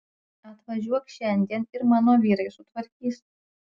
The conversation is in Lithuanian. atvažiuok šiandien ir mano vyrai sutvarkys